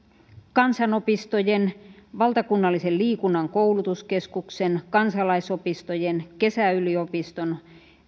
kansanopistojen valtakunnallisten liikunnan koulutuskeskusten kansalaisopistojen kesäyliopistojen